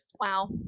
Wow